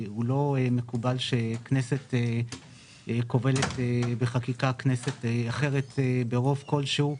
לא מקובל שכנסת כובלת בחקיקה כנסת אחרת ברוב כלשהו.